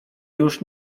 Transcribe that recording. już